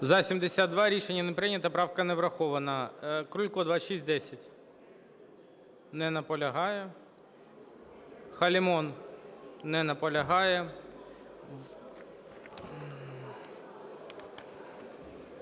За-72 Рішення не прийнято. Правка не врахована. Крулько, 2610. Не наполягає. Халімон. Не наполягає.